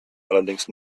allerdings